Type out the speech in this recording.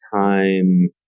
time